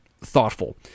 Thoughtful